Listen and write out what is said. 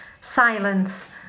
Silence